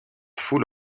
foule